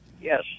Yes